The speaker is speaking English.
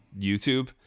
YouTube